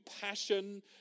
passion